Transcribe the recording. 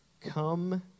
Come